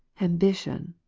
ambition,